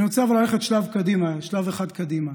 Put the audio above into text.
אבל אני רוצה ללכת שלב אחד קדימה.